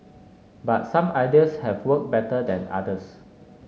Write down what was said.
but some ideas have worked better than others